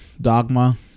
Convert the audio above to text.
Dogma